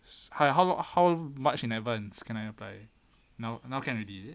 like how long how much in advance can I apply now now can already leh